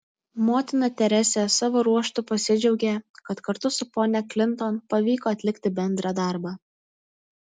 motina teresė savo ruožtu pasidžiaugė kad kartu su ponia klinton pavyko atlikti bendrą darbą